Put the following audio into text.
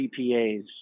CPAs